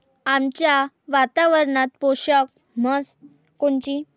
आमच्या वातावरनात पोषक म्हस कोनची?